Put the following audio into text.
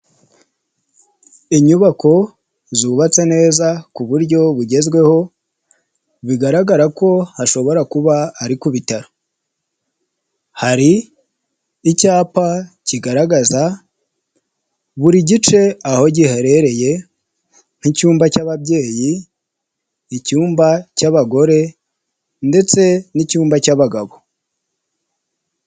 Inyubako zubatse neza ku buryo bugezweho bigaragara ko hashobora kuba ari ku bitaro, hari icyapa kigaragaza buri gice aho giherereye nk'icyumba cy'ababyeyi, icyumba cy'abagore ndetse n'icyumba cy'abagabo.